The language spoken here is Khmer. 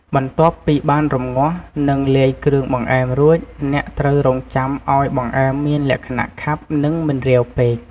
បន្ទាប់ពីបានរំងាស់ និងលាយគ្រឿងបង្អែមរួច អ្នកត្រូវរង់ចាំឱ្យបង្អែមមានលក្ខណៈខាប់ និងមិនរាវពេក។